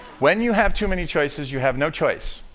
when you have too many choices, you have no choice.